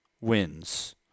wins